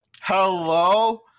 Hello